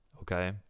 Okay